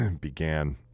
began